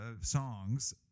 songs